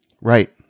Right